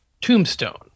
Tombstone